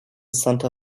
santa